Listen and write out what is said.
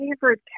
favorite